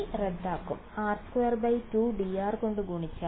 1r k റദ്ദാക്കും r22 dr കൊണ്ട് ഗുണിച്ചാൽ